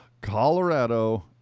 Colorado